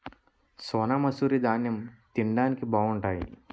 సోనామసూరి దాన్నెం తిండానికి బావుంటాయి